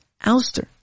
ouster